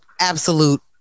absolute